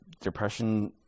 depression